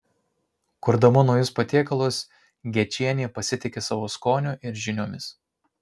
kurdama naujus patiekalus gečienė pasitiki savo skoniu ir žiniomis